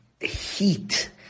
heat